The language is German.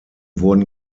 wurden